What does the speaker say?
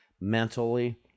mentally